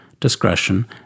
discretion